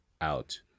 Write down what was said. out